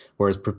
Whereas